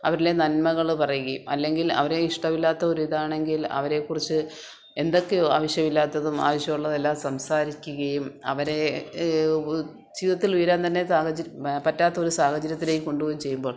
അവരിലെ നന്മകൾ പറയുകയും അല്ലെങ്കിൽ അവരെ ഇഷ്ടമില്ലാത്ത ഒരു ഇതാണെങ്കിൽ അവരെക്കുറിച്ച് എന്തൊക്കെയോ ആവശ്യമില്ലാത്തതും ആവശ്യമുള്ളതും എല്ലാം സംസാരിക്കുകയും അവരെ ജീവിതത്തിൽ ഉയരാൻ തന്നെ സാഹചര്യ ബ പറ്റാത്ത ഒരു സാഹചര്യത്തിലേക്ക് കൊണ്ടുപോവുകയും ചെയ്യുമ്പോൾ